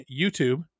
youtube